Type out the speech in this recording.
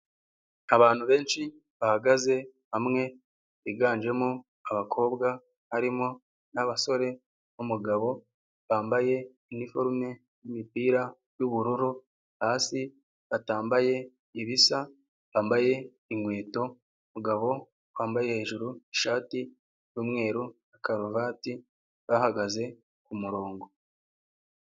Abantu benshi bahagaze hamwe biganjemo abakobwa, harimo n'abasore n'umugabo bambaye iniforume y'imipira y'ubururu, hasi batambaye ibisa bambaye inkweto, umugabo wambaye hejuru ishati y'umweru na karuvati bahagaze ku murongo.